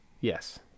Yes